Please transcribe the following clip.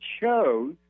chose